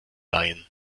leihen